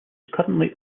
currently